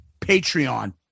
Patreon